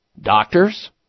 doctors